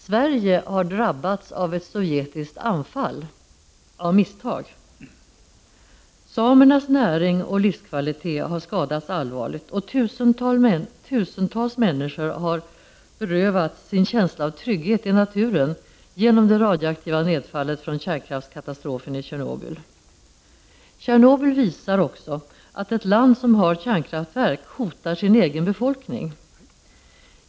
Sverige har av misstag drabbats av ett sovjetiskt anfall. Samernas näring och livskvalitet har skadats allvarligt och tusentals människor har berövats sin känsla av trygghet i naturen genom det radioaktiva nedfallet från kärnkraftskatastrofen i Tjernobyl. Tjernobyl visar också att ett land som har kärnkraftverk hotar sin egen befolkning.